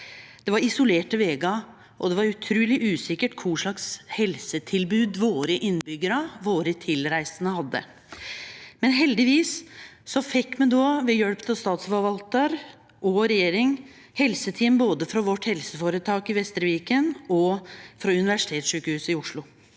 Det var isolerte vegar, og det var utruleg usikkert kva slags helsetilbod våre innbyggjarar og våre tilreisande hadde. Heldigvis fekk me, ved hjelp av statsforvaltaren og regjeringa, helseteam både frå vårt helseføretak i Vestre Viken og frå universitetssjukehuset i Oslo.